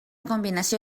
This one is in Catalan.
combinació